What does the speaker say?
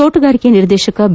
ತೋಟಗಾರಿಕೆ ನಿರ್ದೇಶಕ ಬಿ